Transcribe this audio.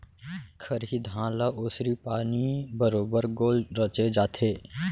खरही धान ल ओसरी पानी बरोबर गोल रचे जाथे